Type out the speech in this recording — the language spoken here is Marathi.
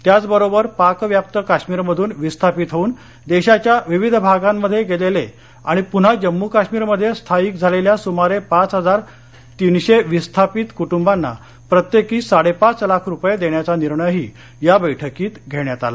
त्याचबरोबर पाकव्याप्त काश्मीरमधून विस्थापित होऊन देशाच्या विविध भागांत गेलेले आणि पुन्हा जम्मू काश्मीरमध्ये स्थायिक झालेल्या सुमारे पाच हजार तिनशे विस्थापित कुटुंबांना प्रत्येकी साडे पाच लाख रुपये देण्याचा निर्णयही या बैठकीत घेण्यात आला